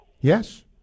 Yes